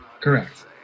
Correct